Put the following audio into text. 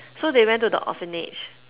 so they went to the orphanage